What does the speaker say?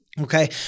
okay